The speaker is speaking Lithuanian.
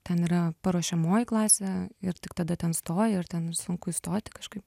ten yra paruošiamoji klasė ir tik tada ten stoji ir ten sunku įstoti kažkai